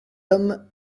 homme